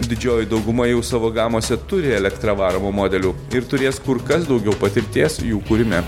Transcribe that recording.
didžioji dauguma jau savo gamose turi elektra varomų modelių ir turės kur kas daugiau patirties jų kūrime